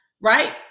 right